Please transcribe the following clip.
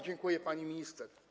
Dziękuję, pani minister.